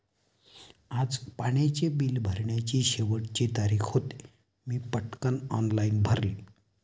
आज पाण्याचे बिल भरण्याची शेवटची तारीख होती, मी पटकन ऑनलाइन भरले